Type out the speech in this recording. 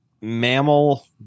mammal